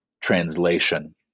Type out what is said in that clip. translation